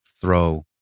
throw